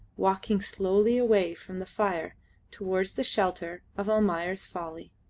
walking slowly away from the fire towards the shelter of almayer's folly.